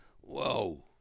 whoa